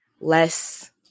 less